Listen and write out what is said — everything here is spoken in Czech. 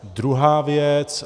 Druhá věc.